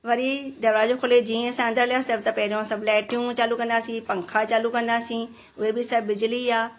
वरी दरवाजो खोले जीअं ई असां अंदरु हलियासीं त पहिरियों सभु लाइटियूं चालू कंदासीं पंखा चालू कंदासीं उहे बि सभु बिजली ई आहे